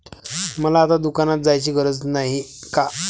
मला आता दुकानात जायची गरज नाही का?